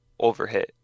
overhit